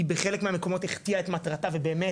היא בחלק מהמקומות החטיאה את מטרתה ובאמת